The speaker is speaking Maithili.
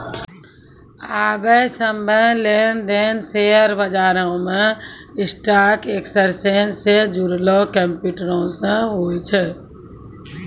आबे सभ्भे लेन देन शेयर बजारो मे स्टॉक एक्सचेंज से जुड़लो कंप्यूटरो से होय छै